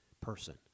person